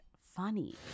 funny